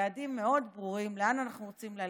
היעדים מאוד ברורים: לאן אנחנו רוצים ללכת,